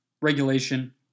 regulation